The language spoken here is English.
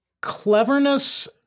cleverness